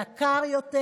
יקר יותר,